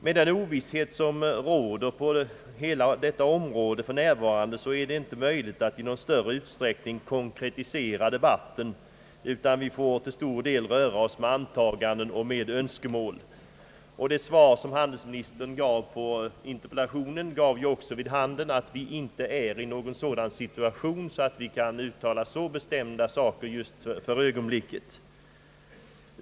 Med den ovisshet som råder på hela detta område för närvarande är det inte möjligt att i någon större utsträckning konkretisera debatten, utan vi får till stor del röra oss med antaganden och önskemål. Handelsministerns svar på interpellationen gav också vid handen att vi inte är i en sådan situation att vi kan uttala oss så bestämt just för ögonblicket.